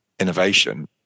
Innovation